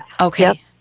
Okay